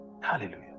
Hallelujah